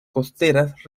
costeras